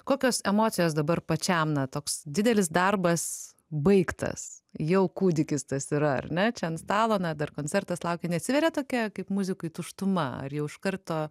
kokios emocijos dabar pačiam na toks didelis darbas baigtas jau kūdikis tas yra ar ne čia ant stalo na dar koncertas laukia neatsiveria tokia kaip muzikui tuštuma ar jau iš karto